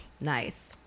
Nice